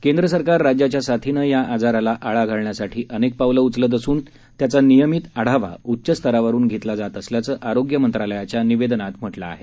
केंद्र सरकार राज्याच्या साथीनं या आजाराला आळा घालण्यासाठी अनेक पावलं उचलत असून त्याचा नियभित आढावा उच्च स्तरावरुन घेतला जात असल्याचं आरोग्य मंत्रालयाच्या निवेदनात म्हटलं आहे